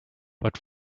but